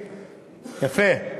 יפה.